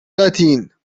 latines